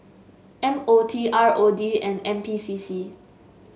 M O T R O D and N P C C